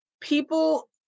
people